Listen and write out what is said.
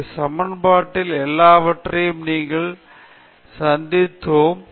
மூலதன பி மேட்ரிக்ஸ்ல் உள்ள சில விதிமுறைகளை ஏன் 2 என்று பிரிக்கலாம் என நீங்கள் தெரிந்துகொள்ள இது ஆர்வமாக இருக்கலாம்